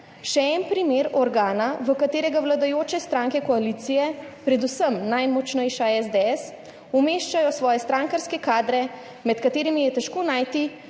»še en primer organa, v katerega vladajoče stranke koalicije, predvsem najmočnejša SDS, umeščajo svoje strankarske kadre, med katerimi je težko najti